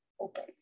open